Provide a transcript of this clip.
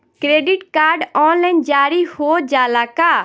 Credit card online जारी हो जाला का?